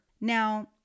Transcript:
Now